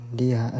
dia